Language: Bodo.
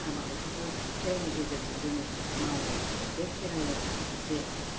हाबा हुखाखौ खेराइनि गेजेरजों जोङो मावो बे खेराइयाव सासे